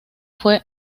fue